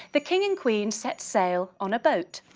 the king and queen set sail on a boat.